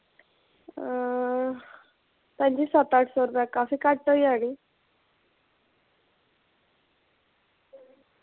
भैन जी सत्त अट्ठ सौ काफी घट्ट होई जानी